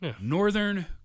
Northern